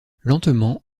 lentement